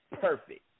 perfect